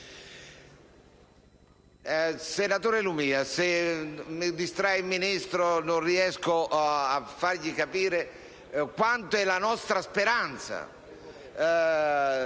Senatore Lumia, se mi distrae il Ministro non riesco a fargli capire qual è la nostra speranza,